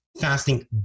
fasting